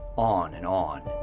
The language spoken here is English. on and on.